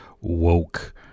woke